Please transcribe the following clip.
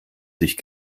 sich